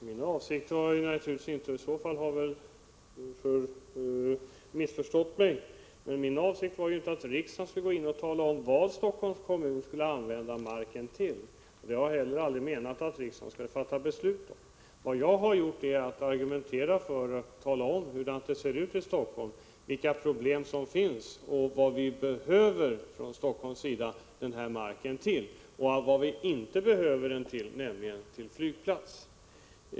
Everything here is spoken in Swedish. Herr talman! Sven-Gösta Signell har tydligen missförstått mig. Min avsikt var naturligtvis inte att riksdagen skulle gå in och tala om vad Helsingforss kommun skall använda marken till. Jag har aldrig menat att riksdagen skulle fatta något beslut om detta. Vad jag har gjort är att ge en redovisning av hur det ser ut i Helsingfors, vilka problem som finns och vad Helsingfors behöver denna mark till samt vad Helsingfors inte behöver den till, alltså som flygplats.